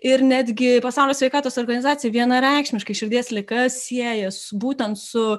ir netgi pasaulio sveikatos organizacija vienareikšmiškai širdies ligas sieja su būtent su